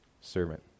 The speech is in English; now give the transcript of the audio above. servant